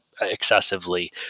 excessively